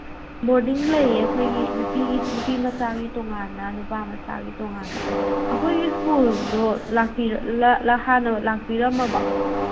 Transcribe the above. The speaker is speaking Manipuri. ꯕꯣꯔꯗꯤꯡ ꯂꯩꯌꯦ ꯑꯩꯈꯣꯏꯒꯤ ꯅꯨꯄꯤꯒꯤ ꯅꯨꯄꯤꯃꯆꯥꯒꯤ ꯇꯣꯉꯥꯟꯅ ꯅꯨꯄꯥꯃꯆꯥꯒꯤ ꯇꯣꯉꯥꯟꯅ ꯑꯩꯈꯣꯏꯒꯤ ꯁ꯭ꯀꯨꯜꯗꯣ ꯍꯥꯟꯅ ꯂꯥꯛꯄꯤꯔꯝꯃꯕꯣ